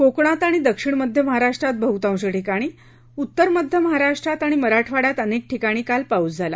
कोकणात आणि दक्षिण मध्य महाराष्ट्रात बहतांश ठिकाणी उत्तर मध्य महाराष्ट्रात आणि मराठवाङ्यात अनेक ठिकाणी काल पाऊस झाला